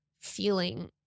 feeling